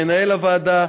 מנהל הוועדה,